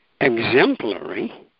exemplary